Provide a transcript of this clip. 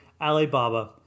Alibaba